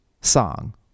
song